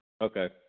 Okay